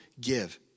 give